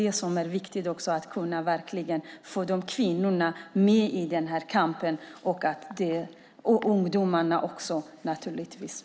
Det är viktigt att verkligen kunna få med kvinnorna i denna kamp, och det gäller naturligtvis också ungdomarna.